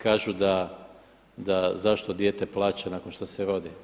Kažu da zašto dijete plaće nakon što se rodi?